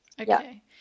Okay